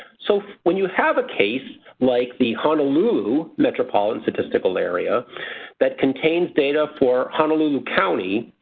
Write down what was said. so when you have a case like the honolulu metropolitan statistical area that contains data for honolulu county